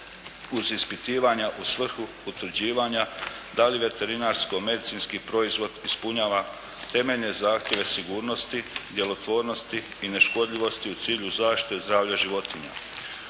uz ispitivanja u svrhu utvrđivanja da li veterinarsko-medicinski proizvod ispunjava temeljne zahtjeve sigurnosti, djelotvornosti i neškodljivosti u cilju zaštite zdravlja životinja.